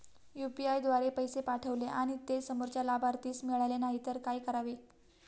UPI द्वारे पैसे पाठवले आणि ते समोरच्या लाभार्थीस मिळाले नाही तर काय करावे?